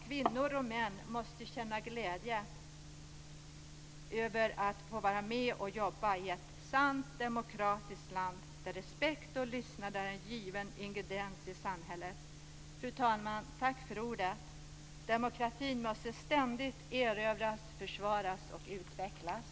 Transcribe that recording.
Kvinnor och män måste känna glädje över att få vara med och jobba i ett sant demokratiskt land där respekt och lyssnande är en given ingrediens i samhället. Fru talman! Tack för ordet. Demokratin måste ständigt erövras, försvaras och utvecklas.